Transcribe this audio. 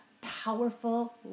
powerful